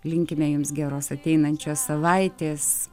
linkime jums geros ateinančios savaitės